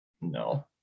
No